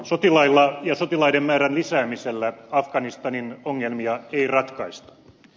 sotilailla ja sotilaiden määrän lisäämisellä afganistanin ongelmia ei ratkaista